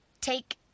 take